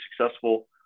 successful